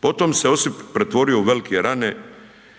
Potom se osip pretvorio u velike rane